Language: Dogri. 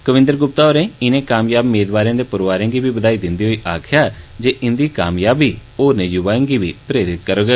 कविंद्र गुप्ता होरे इने कामयाब मेदवारे दे परौआरे गी बधाई दिंदे होई आक्खेआ इंदी कामयाबी होरने युवाएं गी बी प्रेरित करूग